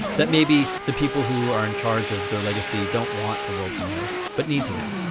that maybe the people who are in charge of their legacy don't want the world to know but need to know.